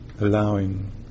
allowing